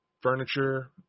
furniture